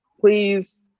please